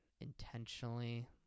intentionally